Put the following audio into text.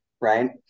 right